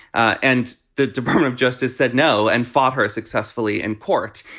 ah and the department of justice said no and fought her successfully in court.